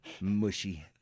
mushy